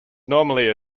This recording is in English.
normally